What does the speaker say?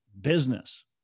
business